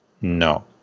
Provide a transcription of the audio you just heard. No